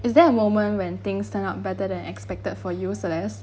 is there a moment when things turn out better than expected for you selez